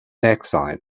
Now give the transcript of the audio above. exile